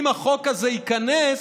אם החוק הזה ייכנס,